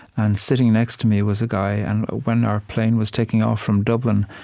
and sitting next to me was a guy, and when our plane was taking off from dublin,